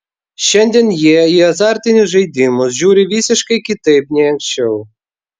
šiandien jie į azartinius žaidimus žiūri visiškai kitaip nei anksčiau